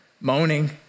moaning